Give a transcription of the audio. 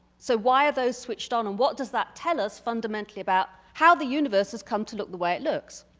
so why are those switched on and what does that tell us. fundamentally about how the universe has come to look the way it looks?